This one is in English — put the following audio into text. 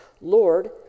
Lord